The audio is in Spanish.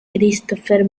christopher